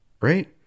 right